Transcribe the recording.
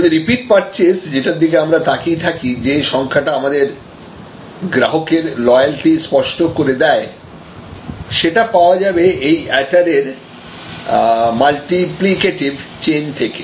যদি repeat purchase যেটার দিকে আমরা তাকিয়ে থাকি যে সংখ্যাটা আমাদের গ্রাহকের লয়ালটি স্পষ্ট করে দেয় সেটা পাওয়া যাবে এই ATAR এর মালটিপ্লিকেটিভ চেইন থেকে